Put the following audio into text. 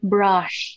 Brush